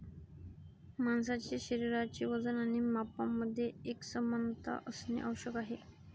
माणसाचे शरीराचे वजन आणि मापांमध्ये एकसमानता असणे आवश्यक आहे